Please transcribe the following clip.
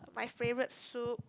my favourite soup